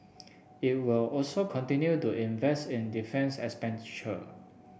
it will also continue to invest in defence expenditure